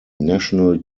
national